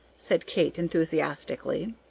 said kate, enthusiastically.